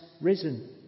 risen